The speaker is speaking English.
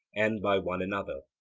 and by one another.